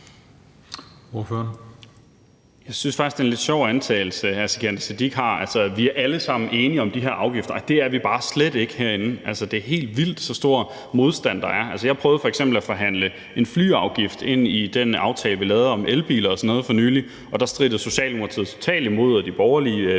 Jeg synes faktisk, det er en lidt sjov antagelse, hr. Sikandar Siddique har, altså at vi alle sammen skulle være enige om de her afgifter, for det er vi bare slet ikke herinde. Det er helt vildt så stor modstand, der er. Altså, jeg prøvede f.eks. at forhandle en flyafgift ind i den aftale, vi lavede om elbiler og sådan noget for nylig, og der strittede Socialdemokratiet totalt imod, og de borgerlige ville jo heller